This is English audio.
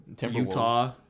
Utah